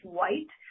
white